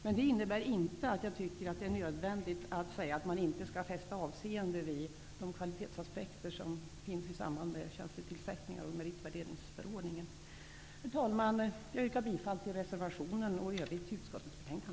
Men det innebär inte att jag tycker att det är nödvändigt att säga att man inte skall fästa avseende vid de kvalitetsaspekter som finns i samband med tjänstetillsättningar och meritvärderingsförordningen. Herr talman! Jag yrkar bifall till reservationen och i övrigt till utskottets hemställan.